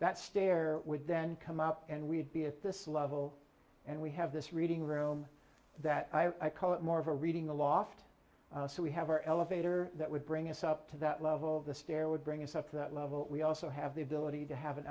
that stair would then come up and we'd be at this level and we have this reading room that i call it more of a reading a loft so we have our elevator that would bring us up to that level the stair would bring us up to that level we also have the ability to have an